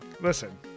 Listen